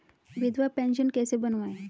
विधवा पेंशन कैसे बनवायें?